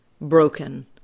broken